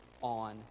on